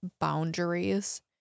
boundaries